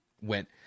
went